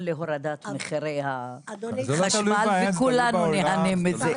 להורדת מחירי החשמל וכולנו נהנה מזה.